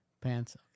Pants